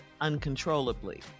uncontrollably